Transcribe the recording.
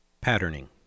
Patterning